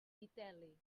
vitel·li